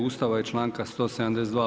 Ustava i članka 172.